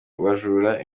bajura